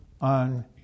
on